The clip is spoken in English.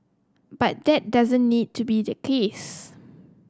but that doesn't need to be the case